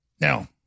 Now